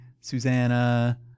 Susanna